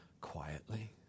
quietly